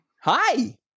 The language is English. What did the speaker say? hi